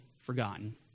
forgotten